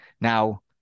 Now